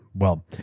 well,